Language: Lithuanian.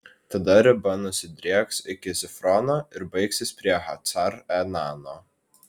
tada riba nusidrieks iki zifrono ir baigsis prie hacar enano